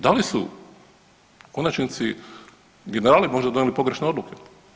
Da li su u konačnici generali možda donijeli pogrešne odluke?